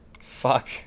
Fuck